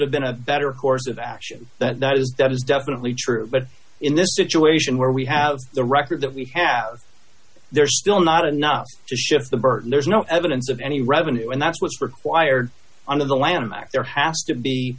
have been a better course of action that is definitely true but in this situation where we have the record that we have there are still not enough to shift the burden there's no evidence of any revenue and that's what's required under the lanham act there has to be